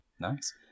Nice